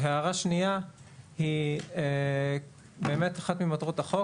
הערה שנייה היא לגבי אחת ממטרות החוק